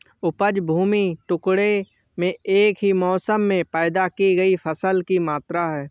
उपज भूमि के टुकड़े में एक ही मौसम में पैदा की गई फसल की मात्रा है